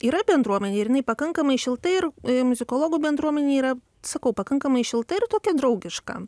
yra bendruomenė ir jinai pakankamai šilta ir muzikologų bendruomenė yra sakau pakankamai šilta ir tokia draugiška